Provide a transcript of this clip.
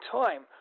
time